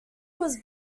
was